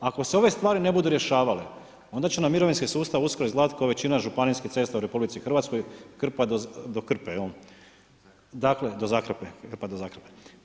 Ako se ove stvari ne budu rješavale, onda će nam mirovinski sustav uskoro izgledati kao većina županijskih cesta u RH, krpa do krpe, do zakrpe, krpa do zakrpe.